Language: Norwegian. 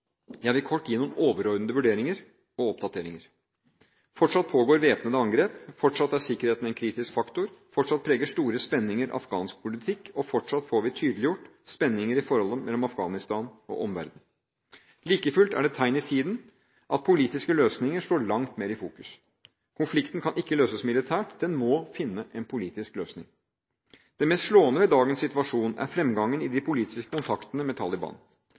Jeg vil kort gi noen overordnede vurderinger og oppdateringer. Fortsatt pågår væpnede angrep, fortsatt er sikkerheten en kritisk faktor, fortsatt preger store spenninger afghansk politikk, og fortsatt får vi tydeliggjort spenninger i forholdet mellom Afghanistan og omverdenen. Likefullt er det et tegn i tiden at politiske løsninger står langt mer i fokus. Konflikten kan ikke løses militært. Den må finne en politisk løsning. Det mest slående ved dagens situasjon er fremgangen i de politiske kontaktene med Taliban.